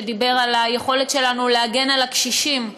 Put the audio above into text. שדיבר על היכולת שלנו להגן על הקשישים,